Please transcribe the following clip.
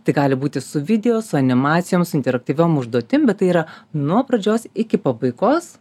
tai gali būti su video su animacijom su interaktyviom užduotim bet tai yra nuo pradžios iki pabaigos